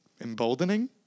emboldening